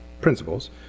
principles